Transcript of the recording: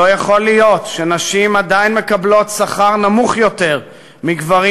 לא יכול להיות שנשים עדיין מקבלות שכר נמוך יותר מגברים